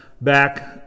back